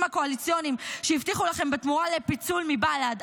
הקואליציוניים שהבטיחו לכם בתמורה לפיצול מבל"ד.